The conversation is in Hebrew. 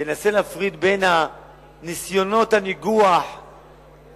אני אנסה להפריד בין ניסיונות הניגוח הפוליטיים,